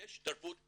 יש תרבות פולנית,